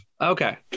Okay